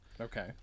Okay